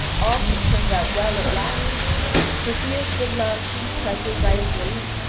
all has turned out well at last for he is beloved and treasured by his lady,